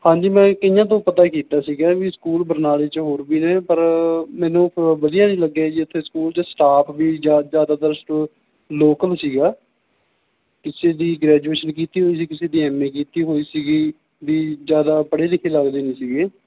ਹਾਂਜੀ ਮੈਂ ਕਈਆਂ ਤੋਂ ਪਤਾ ਕੀਤਾ ਸੀਗਾ ਵੀ ਸਕੂਲ ਬਰਨਾਲੇ 'ਚ ਹੋਰ ਵੀ ਨੇ ਪਰ ਮੈਨੂੰ ਪ ਵਧੀਆ ਨਹੀਂ ਲੱਗੇ ਜੀ ਇੱਥੇ ਸਕੂਲ 'ਚ ਸਟਾਫ਼ ਵੀ ਜਿਆਦ ਜ਼ਿਆਦਾਤਰ ਲੋਕਲ ਸੀਗਾ ਕਿਸੇ ਦੀ ਗ੍ਰੈਜੂਏਸ਼ਨ ਕੀਤੀ ਹੋਈ ਸੀ ਕਿਸੇ ਦੀ ਐੱਮ ਏ ਕੀਤੀ ਹੋਈ ਸੀਗੀ ਵੀ ਜ਼ਿਆਦਾ ਪੜ੍ਹੇ ਲਿਖੇ ਲੱਗਦੇ ਨਹੀਂ ਸੀਗੇ